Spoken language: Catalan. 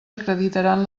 acreditaran